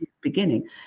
beginning